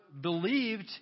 believed